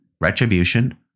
retribution